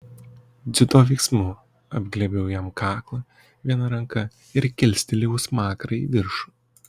dziudo veiksmu apglėbiau jam kaklą viena ranka ir kilstelėjau smakrą į viršų